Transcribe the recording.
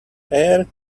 air